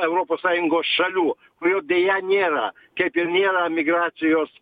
europos sąjungos šalių kurio deja nėra kaip ir nėra migracijos